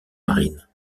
marine